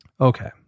Okay